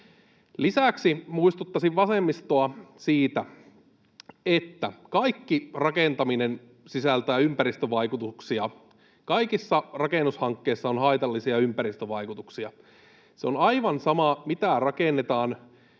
Lisäksi muistuttaisin vasemmistoa siitä, että kaikki rakentaminen sisältää ympäristövaikutuksia, kaikissa rakennushankkeissa on haitallisia ympäristövaikutuksia. Se on aivan sama, mitä rakennetaan,